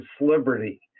liberty